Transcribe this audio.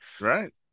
Right